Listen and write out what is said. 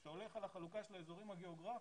כשאתה הולך על החלוקה של האזורים הגיאוגרפיים,